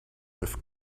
with